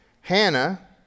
hannah